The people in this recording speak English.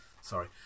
sorry